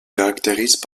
caractérisent